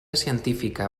científica